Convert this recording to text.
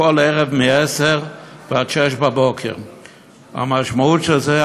כל ערב מ-22:00 עד 06:00. המשמעות של זה,